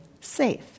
safe